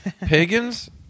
pagans